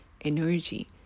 energy